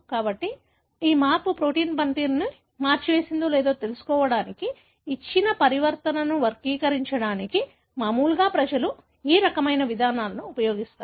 కాబట్టి ఈ మార్పు ప్రోటీన్ పనితీరును మార్చివేసిందో లేదో తెలుసుకోవడానికి ఇచ్చిన పరివర్తనను వర్గీకరించడానికి మామూలుగా ప్రజలు ఈ రకమైన విధానాలను ఉపయోగిస్తారు